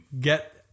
get